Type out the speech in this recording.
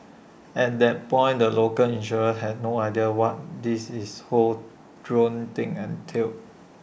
at that point the local insurers had no idea what this is whole drone thing entailed